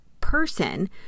person